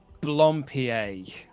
Blompier